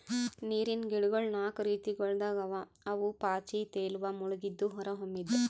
ನೀರಿನ್ ಗಿಡಗೊಳ್ ನಾಕು ರೀತಿಗೊಳ್ದಾಗ್ ಅವಾ ಅವು ಪಾಚಿ, ತೇಲುವ, ಮುಳುಗಿದ್ದು, ಹೊರಹೊಮ್ಮಿದ್